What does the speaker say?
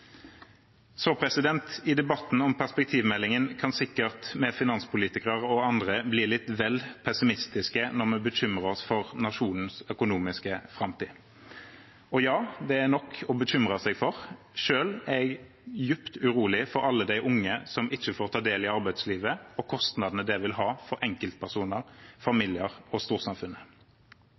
I debatten om perspektivmeldingen kan sikkert vi finanspolitikere og andre bli litt vel pessimistiske når vi bekymrer oss for nasjonens økonomiske framtid. Og ja, det er nok å bekymre seg for. Selv er jeg dypt urolig for alle de unge som ikke får ta del i arbeidslivet, og kostnadene det vil ha for enkeltpersoner, familier og storsamfunnet.